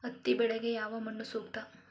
ಹತ್ತಿ ಬೆಳೆಗೆ ಯಾವ ಮಣ್ಣು ಸೂಕ್ತ?